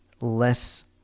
less